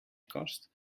kast